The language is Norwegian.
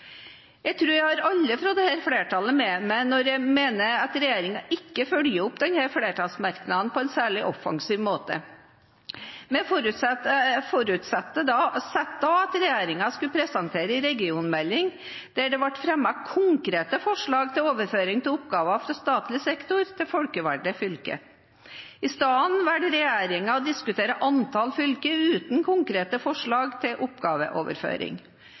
Jeg tror jeg har alle fra dette flertallet med meg når jeg mener at regjeringen ikke følger opp denne flertallsmerknaden på en særlig offensiv måte. Vi forutsatte at regjeringen skulle presentere en regionmelding der det ble fremmet konkrete forslag til overføring av oppgaver fra statlig sektor til folkevalgte fylker. I stedet velger regjeringen å diskutere antall fylker uten konkrete forslag til oppgaveoverføring.